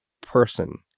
person